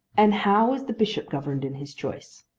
and how is the bishop governed in his choice?